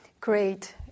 great